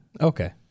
okay